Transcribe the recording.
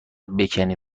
بکنی